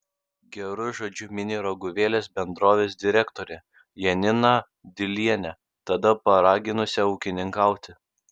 geru žodžiu mini raguvėlės bendrovės direktorę janiną dilienę tada paraginusią ūkininkauti